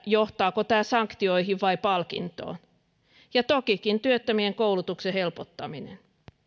johtaako tämä sanktioihin vai palkintoon ja tokikin työttömien koulutuksen helpottaminen